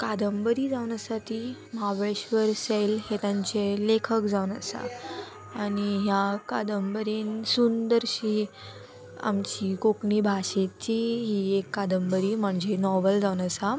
कादंबरी जावन आसा ती महाबळेश्वर सैल हे तांचे लेखक जावन आसा आनी ह्या कादंबरेन सुंदरशी आमची कोंकणी भाशेची ही एक कादंबरी म्हणजे नॉवल जावन आसा